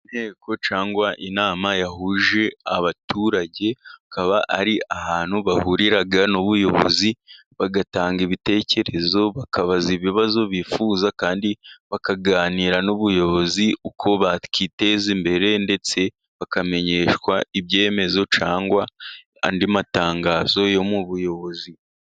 Inteko cyangwa inama yahuje abaturage, hakaba ari ahantu bahurira n'ubuyobozi, bagatanga ibitekerezo, bakabaza ibibazo bifuza, kandi bakaganira n'ubuyobozi uko bakiteza imbere, ndetse bakamenyeshwa ibyemezo cyangwa andi matangazo yo mu buyobozi.